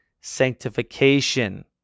sanctification